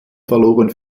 verloren